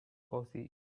cosy